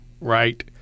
right